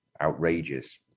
outrageous